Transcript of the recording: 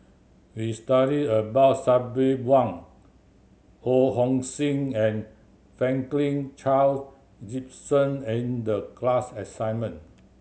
we studied about Sabri Buang Ho Hong Sing and Franklin Charle Gimson in the class assignment